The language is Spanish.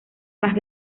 más